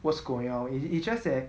what's going on is it just that